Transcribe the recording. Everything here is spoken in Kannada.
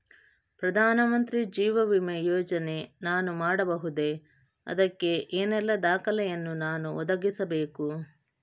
ಪ್ರಧಾನ ಮಂತ್ರಿ ಜೀವ ವಿಮೆ ಯೋಜನೆ ನಾನು ಮಾಡಬಹುದೇ, ಅದಕ್ಕೆ ಏನೆಲ್ಲ ದಾಖಲೆ ಯನ್ನು ನಾನು ಒದಗಿಸಬೇಕು?